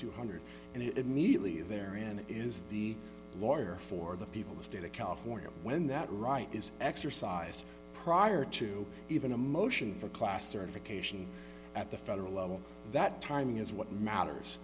two hundred and immediately there in is the lawyer for the people the state of california when that right is exercised prior to even a motion for class certification at the federal level that time is what matters